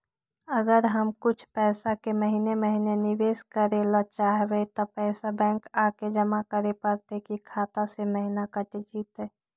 अगर हम कुछ पैसा के महिने महिने निबेस करे ल चाहबइ तब पैसा बैक आके जमा करे पड़तै कि खाता से महिना कट जितै?